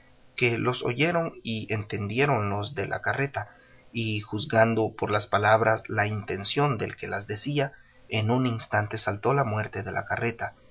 que los oyeron y entendieron los de la carreta y juzgando por las palabras la intención del que las decía en un instante saltó la muerte de la carreta